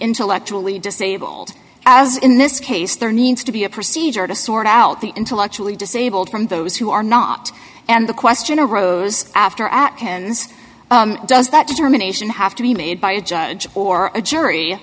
intellectually disabled as in this case there needs to be a procedure to sort out the intellectually disabled from those who are not and the question arose after atkins does that determination have to be made by a judge or a jury